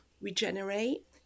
regenerate